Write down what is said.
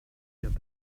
fährt